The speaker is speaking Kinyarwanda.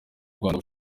rwanda